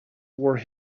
were